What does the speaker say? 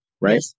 right